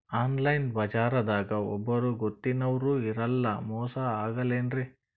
Online ಬಜಾರದಾಗ ಒಬ್ಬರೂ ಗೊತ್ತಿನವ್ರು ಇರಲ್ಲ, ಮೋಸ ಅಗಲ್ಲೆನ್ರಿ?